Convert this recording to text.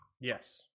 Yes